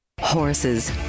Horses